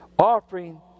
offering